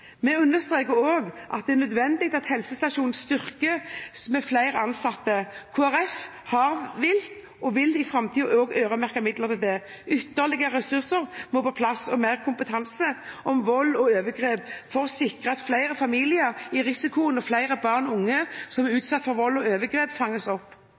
Vi understreker også at det er nødvendig at helsestasjonen styrkes med flere ansatte. Kristelig Folkeparti har villet, og vil i framtiden, øremerke midler til det. Ytterligere ressurser og mer kompetanse om vold og overgrep må på plass for å sikre at flere familier i risikosonen og flere barn og unge som er utsatt for vold og overgrep, fanges opp.